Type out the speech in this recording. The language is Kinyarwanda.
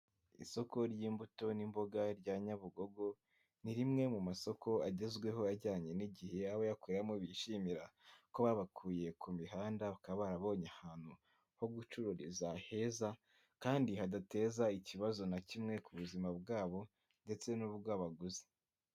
Isoko ry'imbuto n'imboga rya Nyabugogo, ni rimwe mu masoko agezweho ajyanye n'igihe, abayakoreramo bishimira ko babakuye ku mihanda bakaba barabonye ahantu ho gucururiza heza kandi hadateza ikibazo na kimwe ku buzima bwabo ndetse n'ubw'abaguzi.